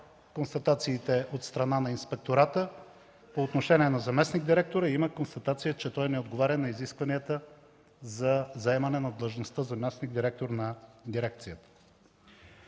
констатациите от страна на Инспектората по отношение на заместник-директора има такава, че той не отговаря на изискванията за заемане на длъжността „заместник-директор” на дирекцията.